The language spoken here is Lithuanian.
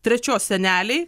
trečios seneliai